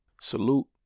Salute